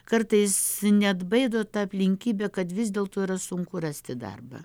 kartais neatbaido ta aplinkybė kad vis dėlto yra sunku rasti darbą